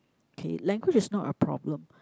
okay language is not a problem